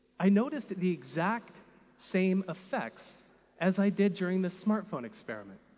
i noticed the exact same effects as i did during the smartphone experiment.